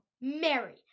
Mary